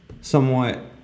somewhat